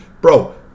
bro